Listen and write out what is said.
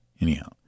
Anyhow